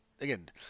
again